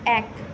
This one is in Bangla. এক